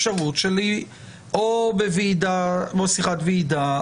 אפשרות או בשיחת ועידה,